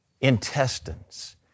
intestines